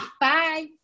Bye